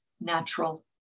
natural